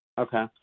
Okay